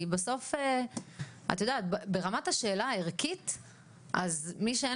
כי בסוף את יודעת ברמת השאלה הערכית אז מי שאין